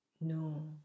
No